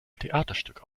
theaterstück